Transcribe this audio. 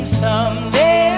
someday